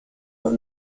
will